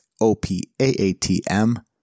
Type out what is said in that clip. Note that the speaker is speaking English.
O-P-A-A-T-M